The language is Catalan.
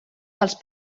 dels